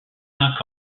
cinq